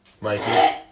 Mikey